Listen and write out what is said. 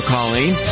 Colleen